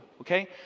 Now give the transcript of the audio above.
Okay